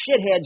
shitheads